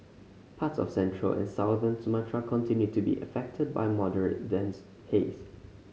parts of central and southern Sumatra continue to be affected by moderate to dense haze